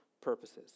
purposes